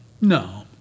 No